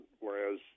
whereas